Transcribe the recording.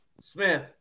Smith